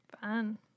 Fun